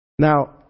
Now